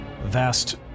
vast